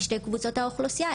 בשתי קבוצות האוכלוסייה,